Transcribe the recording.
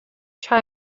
try